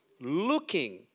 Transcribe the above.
looking